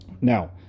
Now